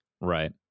right